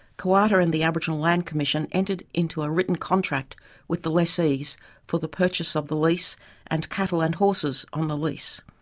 koowarta and the aboriginal land commission entered into a written contract with the lessees for the purchase of the lease and cattle and horses on the lease.